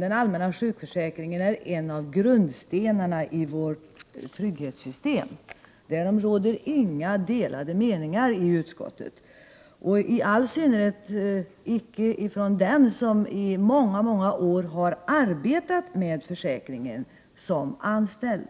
den allmänna sjukförsäkringen är en av grundstenarna i vårt trygghetssystem. Därom råder inga delade meningar i utskottet, i all synnerhet icke ifrån den som i många, många år har arbetat med försäkringen som anställd.